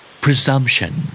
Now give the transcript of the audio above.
Presumption